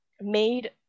made